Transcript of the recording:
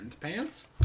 Pants